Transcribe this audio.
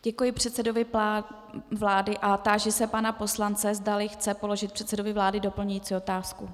Děkuji předsedovi vlády a táži se pana poslance, zdali chce položit předsedovi vlády doplňující otázku.